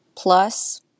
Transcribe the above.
plus